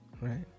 Right